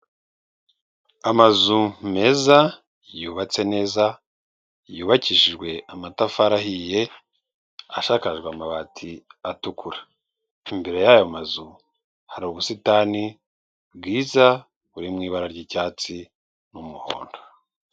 Amazu meza, yubatse neza, yubakishijwe amatafari ahiye, ashakajwe amabati atukura, imbere y'ayo mazu hari ubusitani bwiza buri mu ibara ry'icyatsi n'umuhondo.